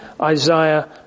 Isaiah